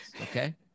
okay